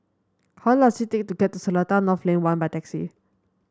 how long does it take to get to Seletar North Lane One by taxi